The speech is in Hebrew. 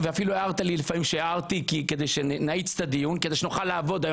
אפילו הערת לי כשהערתי כדי שנאיץ את הדיון כדי שנוכל לעבוד היום.